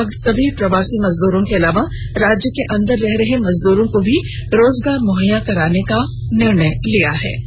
विभाग सभी प्रवासी मजदूरों के अलावा राज्य के अंदर रह रहे मजद्रों को भी रोजगार मुहैया कराने का भी निर्णय लिया है